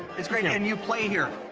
it's great. and you play here.